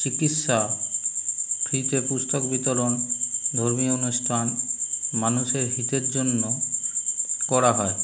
চিকিৎসা ফ্রিতে পুস্তক বিতরণ ধর্মীয় অনুষ্ঠান মানুষের হিতের জন্য করা হয়